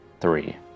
Three